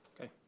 Okay